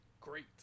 great